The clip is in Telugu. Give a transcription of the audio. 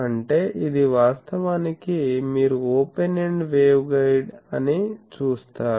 అంటే ఇది వాస్తవానికి మీరు ఓపెన్ ఎండ్ వేవ్గైడ్ అని చూస్తారు